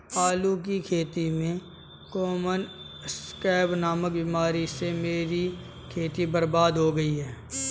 आलू की खेती में कॉमन स्कैब नामक बीमारी से मेरी खेती बर्बाद हो गई